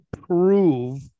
prove